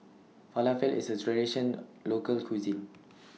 Falafel IS A Traditional Local Cuisine